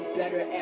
better